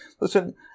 Listen